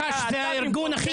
מקבלים קידום.